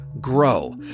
Grow